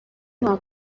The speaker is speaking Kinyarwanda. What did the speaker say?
nta